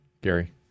Gary